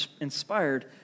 inspired